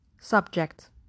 Subject